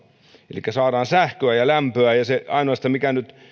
elikkä saadaan sähköä ja lämpöä ja ainoastaan se mikä nyt